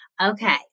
Okay